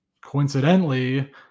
coincidentally